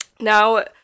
Now